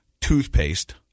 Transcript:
toothpaste